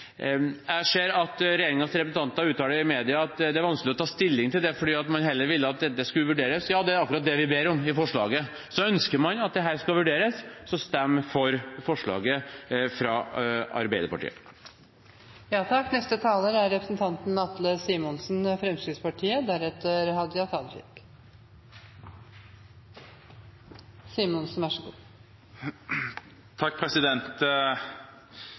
Jeg ser at regjeringens representanter uttaler i mediene at det er vanskelig å ta stilling til dette, for man vil heller at dette skal vurderes. Ja, det er akkurat det vi ber om i forslaget. Så ønsker man at dette skal vurderes: Stem for forslaget fra